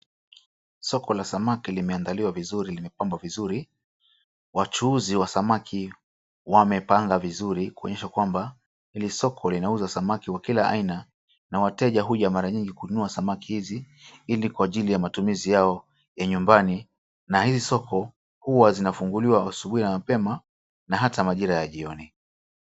Soko la samaki limeandaliwa vizuri limepambwa vizuri. Wachuuzi wa samaki wamepanga vizuri kuonyesha kwamba hili soko linauza samaki wa kila aina na wateja huja mara nyingi kununua samaki hizi ili kwa ajili ya matumizi yao ya nyumbani na hizi soko huwa zinafunguliwa asubuhi na mapema, na hata majira ya jioni.